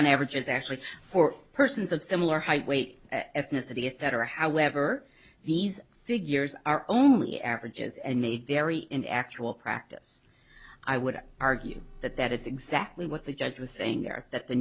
on average is actually for persons of similar height weight ethnicity etc however these figures are only averages and may vary in actual practice i would argue that that is exactly what the judge was saying there that the